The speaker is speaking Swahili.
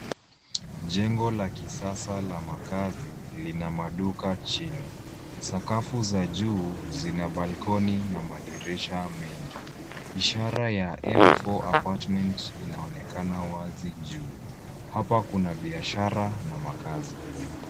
Jengo la kisasa la makazi, lina maduka chini. Sakafu za juu zina balkoni na madirisha mengi. Ishara ya M4 Apartments inaonekana wazi juu. Hapa kuna biashara na makazi.